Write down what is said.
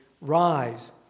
Rise